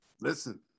Listen